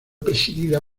presidida